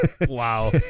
Wow